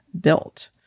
built